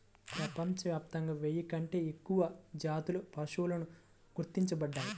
ప్రపంచవ్యాప్తంగా వెయ్యి కంటే ఎక్కువ జాతుల పశువులు గుర్తించబడ్డాయి